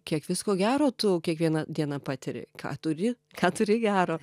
kiek visko gero tu kiekvieną dieną patiri ką turi ką turi gero